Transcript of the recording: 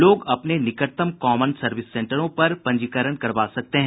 लोग अपने निकटतम कॉमन सर्विस सेंटरों पर पंजीकरण करवा सकते हैं